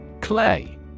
Clay